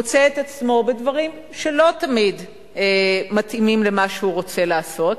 מוצא את עצמו בדברים שלא תמיד מתאימים למה שהוא רוצה לעשות,